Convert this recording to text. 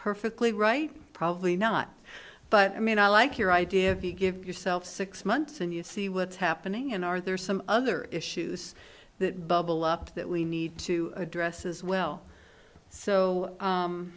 perfectly right probably not but i mean i like your idea if you give yourself six months and you see what's happening and are there some other issues that bubble up that we need to address as well so